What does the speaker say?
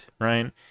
Right